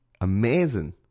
Amazing